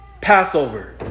Passover